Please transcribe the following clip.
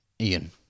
Ian